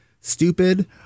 stupid